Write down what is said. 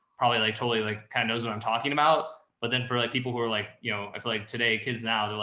probably like, totally like, kinda knows what i'm talking about, but then for like people who are like, you know, i feel like today, kids now, they're